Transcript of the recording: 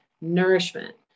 nourishment